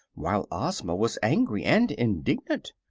while ozma was angry and indignant.